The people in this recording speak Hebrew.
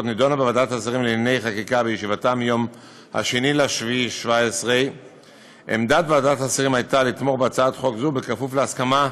נדונה בוועדת השרים לענייני חקיקה בישיבתה ביום 2 ביולי 2017. עמדת ועדת השרים הייתה לתמוך בהצעת חוק זו כפוף להסכמה,